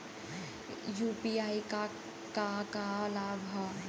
UPI क का का लाभ हव?